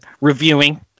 reviewing